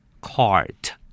Cart